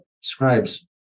scribes